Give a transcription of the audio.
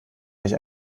nicht